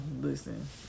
Listen